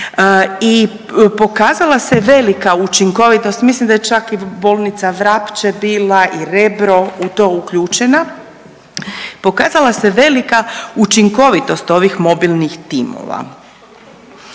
i pokazala se velika učinkovitost, mislim da je čak i bolnica Vrpče bila i Rebro u to uključena, pokazala se velika učinkovitost ovih mobilnih timova.